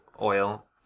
oil